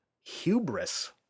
hubris